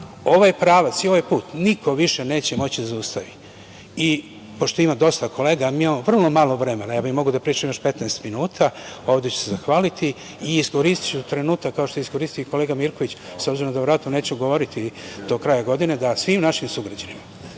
ovaj pravac i ovaj put niko više neće moći da zaustavi. Pošto ima dosta kolega, a mi imamo vrlo malo vremena, ja bih mogao da pričam još 15 minuta. Ovde ću se zahvaliti i iskoristiću trenutak, kao što je iskoristio i kolega Mirković, s obzirom da verovatno neću govoriti do kraja godine, da svim našim sugrađanima